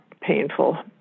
painful